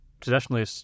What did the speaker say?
traditionally